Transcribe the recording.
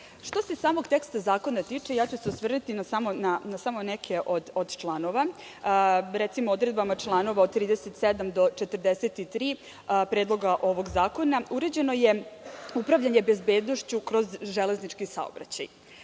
se samog teksta zakona tiče, ja ću se osvrnuti na samo neke od članova. Recimo, odredbama članova od 37. do 43. Predloga ovog zakona uređeno je upravljanje bezbednošću kroz železnički saobraćaj. Zatim,